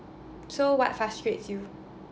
so what frustrates you